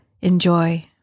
Enjoy